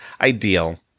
ideal